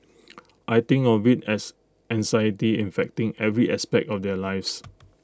I think of IT as anxiety infecting every aspect of their lives